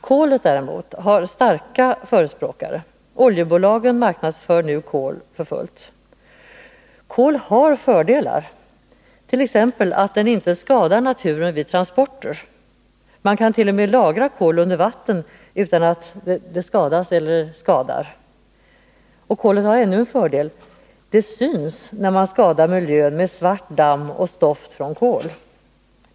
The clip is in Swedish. Kolet däremot har starka förespråkare — oljebolagen marknadsför nu kol för fullt. Kol har fördelar, t.ex. att den inte skadar naturen vid transporter. Man kant.o.m. lagra kol under vattnet utan att det skadas eller skadar. Kolet har ännu en fördel: det syns när man skadar miljön med svart damm och stoft från kol.